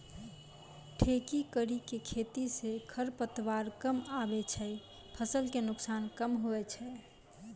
ठेकी करी के खेती से खरपतवार कमआबे छै फसल के नुकसान कम हुवै छै